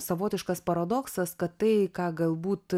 savotiškas paradoksas kad tai ką galbūt